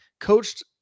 coached